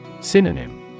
Synonym